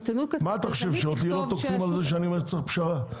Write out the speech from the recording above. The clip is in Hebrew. אתה חושב שאותי לא תוקפים על זה שאני אומר שצריך לכת לפשרה?